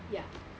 ya